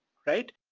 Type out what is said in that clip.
right?